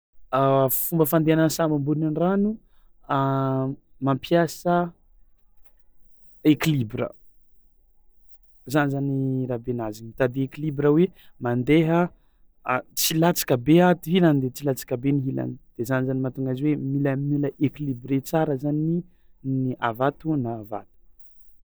Fomba fandehanan'ny sambo ambony rano mampiasa équilibre, zany zany rahabenazy igny mitady équilibre hoe mandeha a- tsy latsaka be a ty ilany de tsy latsaka be ny ilany de zany zany mahatonga azy mila mila équilibré tsara zany ny avy ato na avy ato.